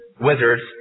wizards